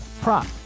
prop